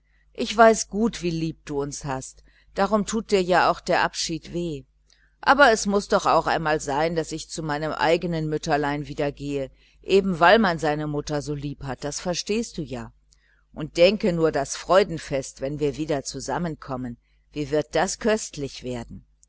ich weiß gut wie lieb du uns hast darum tut dir ja auch der abschied weh aber es muß doch auch einmal sein daß ich zu meinem eigenen mütterlein wieder gehe eben weil man seine mutter so lieb hat das verstehst du ja und denke nur das freudenfest wenn wir wieder zusammen kommen wie wird das köstlich werden